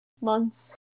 months